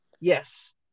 Yes